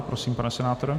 Prosím, pane senátore.